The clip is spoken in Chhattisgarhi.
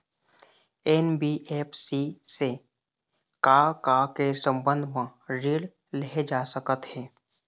एन.बी.एफ.सी से का का के संबंध म ऋण लेहे जा सकत हे?